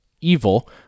evil